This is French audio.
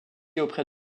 après